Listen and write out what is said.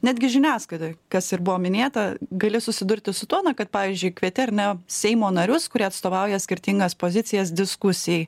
netgi žiniasklaidoj kas ir buvo minėta gali susidurti su tuo na kad pavyzdžiui kvieti ar ne seimo narius kurie atstovauja skirtingas pozicijas diskusijai